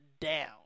down